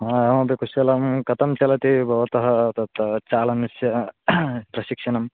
हा अहमपि कुशलं कथं चलति भवतः तत् चालनस्य प्रशिक्षणम्